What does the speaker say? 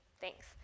Thanks